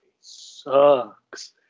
sucks